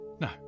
No